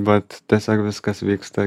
vat tiesiog viskas vyksta